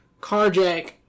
carjack